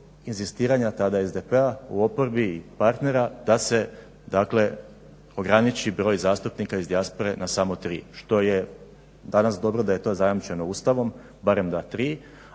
inzistiranja tada SDP-a u oporbi i partnera da se ograniči broj zastupnika iz dijaspore na samo tri, što je danas dobro da je to zajamčeno Ustavom barem na tri,